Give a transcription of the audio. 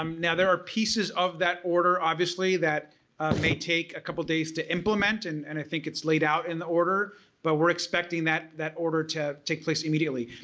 um now there are pieces of that order obviously that may take a couple days to implement and and i think it's laid out in the order but we're expecting that that order to take place immediately.